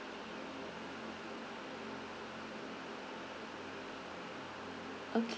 okay